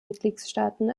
mitgliedstaaten